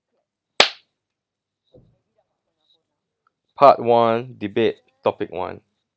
part one debate topic one